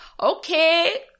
okay